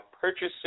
purchasing